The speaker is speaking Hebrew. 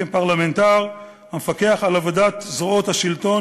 כפרלמנטר המפקח על עבודת זרועות השלטון